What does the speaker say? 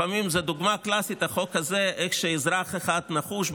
לפעמים החוק הוא דוגמה קלאסית לאיך שאזרח אחד נחוש,